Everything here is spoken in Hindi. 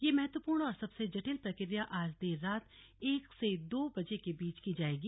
ये महत्वपूर्ण और सबसे जटिल प्रक्रिया आज देर रात एक से दो बजे के बीच की जाएगी